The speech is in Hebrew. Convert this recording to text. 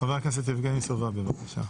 חבר הכנסת יבגני סובה, בבקשה.